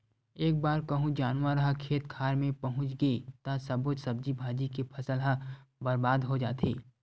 एक बार कहूँ जानवर ह खेत खार मे पहुच गे त जम्मो सब्जी भाजी के फसल ह बरबाद हो जाथे